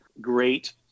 great